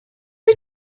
wyt